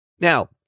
Now